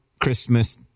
Christmas